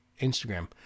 Instagram